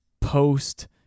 Post